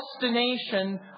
destination